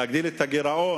להגדיל את הגירעון,